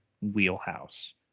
wheelhouse